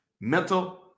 mental